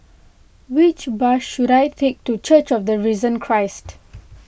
which bus should I take to Church of the Risen Christ